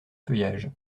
feuillage